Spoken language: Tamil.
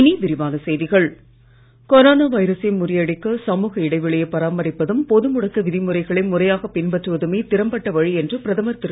இனி விரிவான செய்திகள் கொரோனா வைரசை முறியடிக்க சமூக இடைவெளியை பராமரிப்பதும் பொது ழுடக்க விதிமுறைகளை முறையாக பின்பற்றுவதுமே திறம்பட்ட வழி என்று பிரதமர் திரு